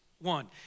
One